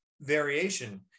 variation